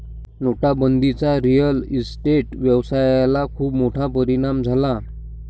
नोटाबंदीचा real estate व्यवसायाला खूप मोठा परिणाम झाला